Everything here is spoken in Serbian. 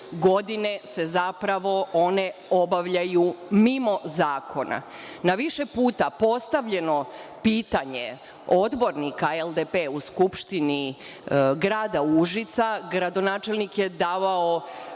godine zapravo one obavljaju mimo zakona. Na više puta postavljeno pitanje odbornika LDP-a u Skupštini grada Užica, gradonačelnik je davao